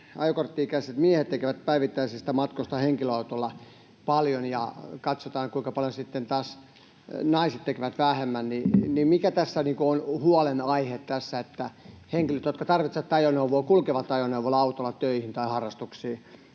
ajokortti-ikäiset miehet tekevät paljon päivittäisiä matkojaan henkilöautolla, ja katsotaan, kuinka paljon vähemmän sitten taas naiset tekevät. Mikä on niin kuin huolenaihe tässä, että henkilöt, jotka tarvitsevat ajoneuvoa, kulkevat ajoneuvolla, autolla, töihin tai harrastuksiin?